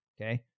Okay